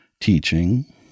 teaching